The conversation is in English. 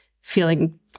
feeling